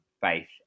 faith